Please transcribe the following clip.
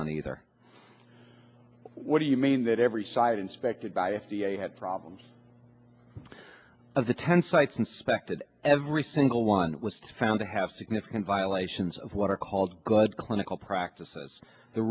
on either what do you mean that every side inspected by f d a had problems of the ten sites inspected every single one was found to have significant violations of what are called good clinical practices the